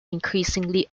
increasingly